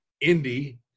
Indy